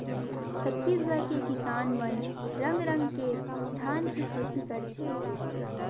छत्तीसगढ़ के किसान मन रंग रंग के धान के खेती करथे